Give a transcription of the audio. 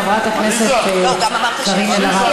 חברת הכנסת קארין אלהרר.